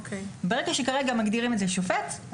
ברגע שכרגע מגדירים את זה שופט,